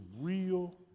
real